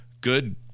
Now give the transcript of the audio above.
good